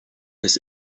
his